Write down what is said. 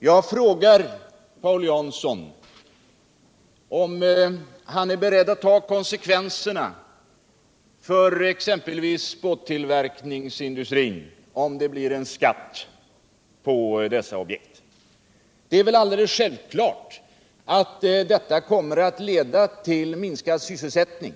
Jag frågade Paul Jansson om han iär beredd utt ta konsekvenserna för exempelvis båttillverkningsindustrin, om det skulle införas en skatt på fritidsbåtar. Det är väl alldeles självklart att en sådan ätgärd kommer att leda till minskad sysselsättning.